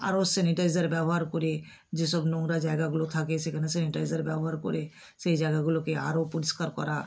আরও সেনিটাইজার ব্যবহার করে যে সব নোংরা জায়গাগুলো থাকে সেখানে সেনিটাইজার ব্যবহার করে সেই জায়গাগুলোকে আরও পরিষ্কার করা